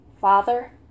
Father